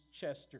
Chester